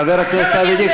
חבר הכנסת אבי דיכטר,